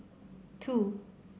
two